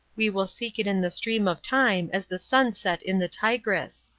we will seek it in the stream of time, as the sun set in the tigris.